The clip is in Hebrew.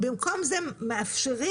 במקום זה מאפשרים,